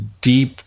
deep